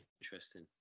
Interesting